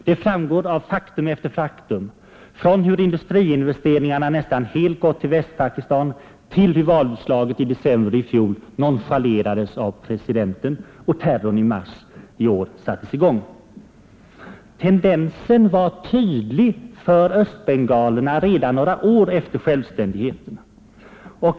Det framgår av faktum efter faktum — från hur industriinvesteringarna nästan helt gått till Västpakistan till hur valutslaget i december i fjol nonchalerades av presidenten och terrorn i mars i år sattes i gång. Tendensen var tydlig för östbengalerna redan några år efter självständigheten.